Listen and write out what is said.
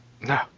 No